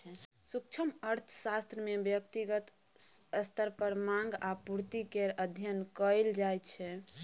सूक्ष्म अर्थशास्त्र मे ब्यक्तिगत स्तर पर माँग आ पुर्ति केर अध्ययन कएल जाइ छै